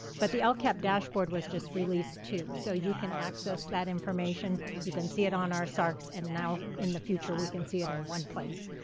but the lcap dashboard was just released too, so you can access that information. you can see it on our sark's and now in the future, we can see it in one place,